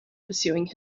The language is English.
pursuing